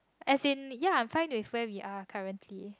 as in ya I find with where we are currently